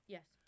Yes